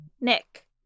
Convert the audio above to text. Nick